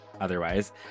otherwise